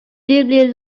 dimly